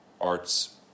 arts